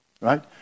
right